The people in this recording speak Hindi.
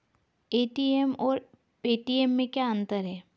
ए.टी.एम और पेटीएम में क्या अंतर है?